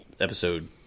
Episode